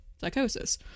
psychosis